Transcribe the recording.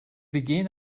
begehen